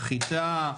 חיטה,